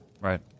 Right